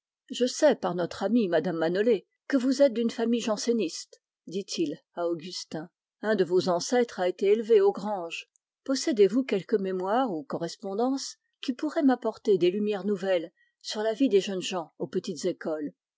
je sais par notre amie mme manolé que vous êtes d'une famille janséniste dit-il à augustin un de vos ancêtres a été élevé aux granges possédez-vous quelques mémoires ou correspondances qui pourraient m'apporter des lumières nouvelles sur la vie des jeunes gens aux